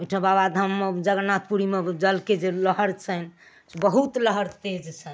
ओहिठाँ बाबाधाममे जगरनाथपुरी मऽ जल के जे लहर छैन से बहुत लहर तेज छैन